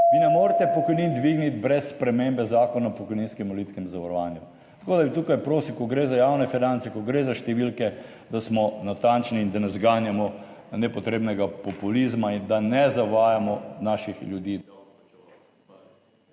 Vi ne morete pokojnin dvigniti brez spremembe Zakona o pokojninskem in invalidskem zavarovanju, tako da bi tukaj prosil, ko gre za javne finance, ko gre za številke, da smo natančni in da ne zganjamo nepotrebnega populizma in da ne zavajamo naših ljudi.